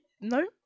No